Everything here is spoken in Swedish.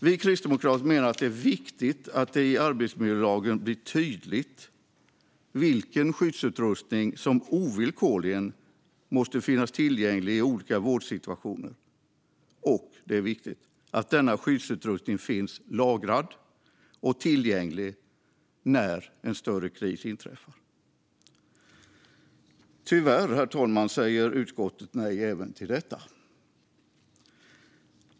Vi kristdemokrater menar att det är viktigt att det i arbetsmiljölagen blir tydligt vilken skyddsutrustning som ovillkorligen måste finnas tillgänglig i olika vårdsituationer. Det är också viktigt att denna skyddsutrustning finns lagrad och tillgänglig när en större kris inträffar. Tyvärr, herr talman, säger utskottet nej till även detta.